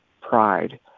pride